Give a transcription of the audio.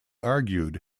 argued